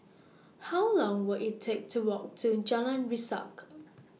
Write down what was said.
How Long Will IT Take to Walk to Jalan Resak